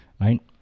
right